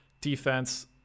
Defense